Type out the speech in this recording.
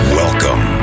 welcome